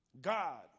God